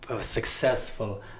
successful